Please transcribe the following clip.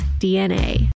DNA